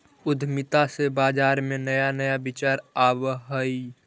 उद्यमिता से बाजार में नया नया विचार आवऽ हइ